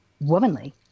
womanly